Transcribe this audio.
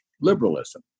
liberalism